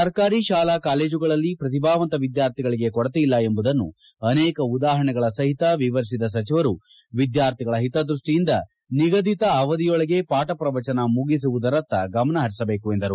ಸರ್ಕಾರಿ ಶಾಲಾ ಕಾಲೇಜ್ಗಳಲ್ಲಿ ಪ್ರತಿಭಾವಂತ ವಿದ್ಯಾರ್ಥಿಗಳಿಗೆ ಕೊರತೆಯಲ್ಲ ಎಂಬುದನ್ನು ಅನೇಕ ಉದಾಹರಣೆಸಹಿತ ವಿವರಿಸಿದ ಸಚಿವರು ವಿದ್ಕಾರ್ಥಿಗಳ ಹಿತದ್ಯಷ್ಟಿಯಿಂದ ನಿಗದಿತ ಅವಧಿಯೊಳಗೆ ಪಠ್ಯ ಪ್ರವಚನ ಮುಗಿಸುವುದರತ್ತ ಗಮನ ಹರಿಸಬೇಕು ಎಂದರು